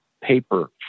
paper